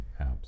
apps